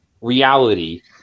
reality